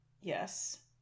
Yes